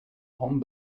home